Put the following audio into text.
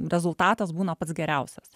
rezultatas būna pats geriausias